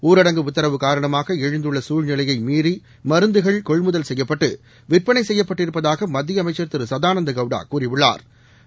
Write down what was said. ஊரடங்கு உத்தரவு காரணமாக எழுந்துள்ள சூழ்நிலையை மீறி மருந்துகள் கொள்முதல் செய்யப்பட்டு விற்பனை செய்யப்பட்டிருப்பதாக மத்திய அமைச்சா் திரு சதானந்த கவுடா கூறியுள்ளாா்